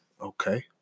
Okay